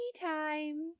time